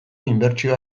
inbertsioa